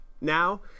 now